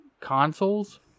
consoles